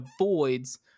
avoids